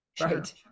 right